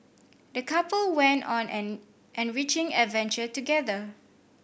the couple went on an enriching adventure together